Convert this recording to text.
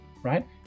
right